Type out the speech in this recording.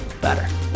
better